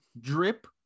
drip